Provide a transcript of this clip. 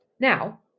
Now